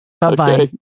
Bye-bye